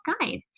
guide